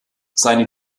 seine